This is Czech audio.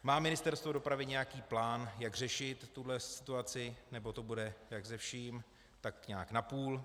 Má Ministerstvo dopravy nějaký plán, jak řešit tuto situaci, nebo to bude jako se vším, tak nějak napůl?